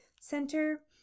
Center